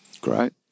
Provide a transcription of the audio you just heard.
Great